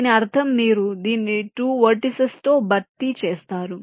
దీని అర్థం మీరు దీన్ని 2 వెర్టిసిస్ తో భర్తీ చేస్తారు